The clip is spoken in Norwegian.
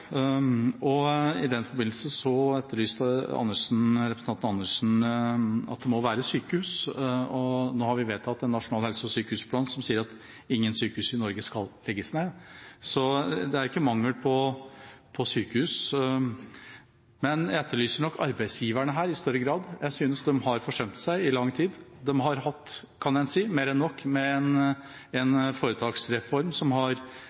og i den forbindelse etterlyste representanten Andersen sykehus. Nå har vi vedtatt en nasjonal helse- og sykehusplan som sier at ingen sykehus i Norge skal legges ned, så det er ingen mangel på sykehus. Jeg etterlyser nok arbeidsgiverne her i større grad. Jeg synes de har forsømt seg i lang tid. De har hatt, kan man si, mer enn nok med en